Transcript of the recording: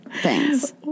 Thanks